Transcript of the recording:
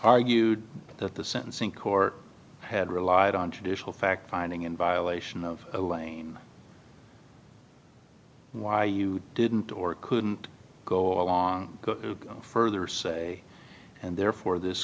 argued that the sentencing court had relied on traditional fact finding in violation of a lane why you didn't or couldn't go along further say and therefore this